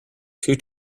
two